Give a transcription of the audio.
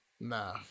Nah